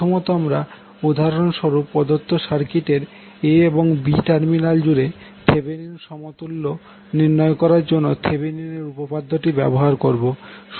প্রথমত আমরা উদাহরণস্বরূপ প্রদত্ত সার্কিটের a এবং b টার্মিনাল জুড়ে থেভেনিন সমতুল্য নির্ণয় করার জন্য থেভেনিনের উপপাদটি ব্যবহার করব